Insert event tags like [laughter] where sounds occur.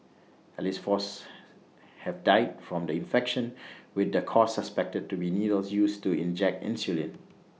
at least four's have died from the infection [noise] with the cause suspected to be needles used to inject insulin